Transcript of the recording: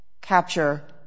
capture